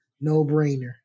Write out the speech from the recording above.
No-brainer